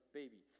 baby